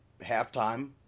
halftime